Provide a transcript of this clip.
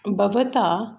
भवता